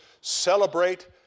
celebrate